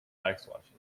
backslashes